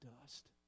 dust